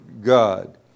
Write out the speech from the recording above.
God